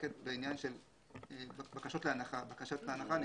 עוסקת בבקשות להנחה.